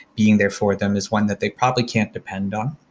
being there for them is one that they probably can't depend on,